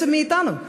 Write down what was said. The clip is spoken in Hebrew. בעצם מאתנו,